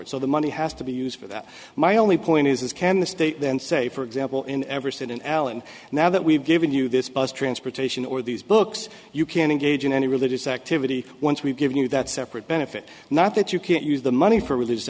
it so the money has to be used for that my only point is can the state then say for example in every state in alan now that we've given you this bus transportation or these books you can't engage in any religious activity once we've given you that separate benefit not that you can't use the money for religious